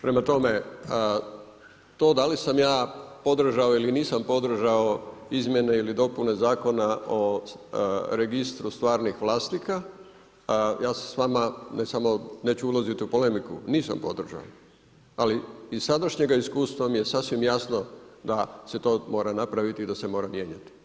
Prema tome, to dali sam ja podržao ili nisam podržao izmjene i dopune Zakona o Registru stvarnih vlasnika, ja se s vama ne samo, neću ulaziti u polemiku, nisam podržao, ali iz sadašnjega iskustva mi je sasvim jasno da se to mora napraviti i da se mora mijenjati.